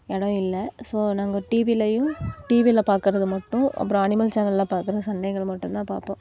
இடம் இல்லை ஸோ நாங்கள் டிவிலையும் டிவியில பார்க்குறது மட்டும் அப்புறோம் அணிமல் சேனல் போடுகிற சண்டைகள் மட்டுந்தான் பார்ப்போம்